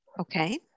Okay